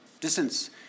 distance